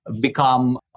become